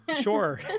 Sure